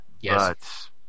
Yes